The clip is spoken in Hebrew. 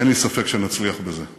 אין לי ספק שנצליח בזה,